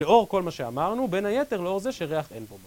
לאור כל מה שאמרנו, בין היתר לאור זה שריח אין פה בו.